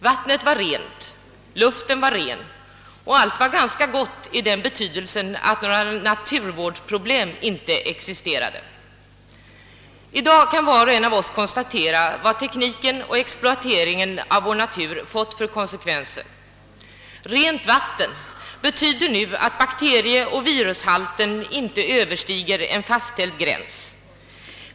Vattnet var rent, luften var ren — och allt var ganska gott i den betydelsen att några naturvårdsproblem inte existerade. I dag kan var och en av oss konstatera vad tekniken och exploateringen av vår natur fått för konsekvenser. Rent vatten betyder nu att bakterieoch virushalten inte överstiger en fastställd gräns.